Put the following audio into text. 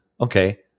Okay